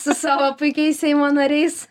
su savo puikiais seimo nariais